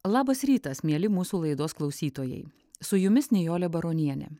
labas rytas mieli mūsų laidos klausytojai su jumis nijolė baronienė